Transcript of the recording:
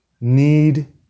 need